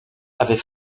avait